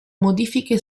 modifiche